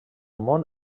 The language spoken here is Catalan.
món